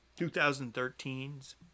2013's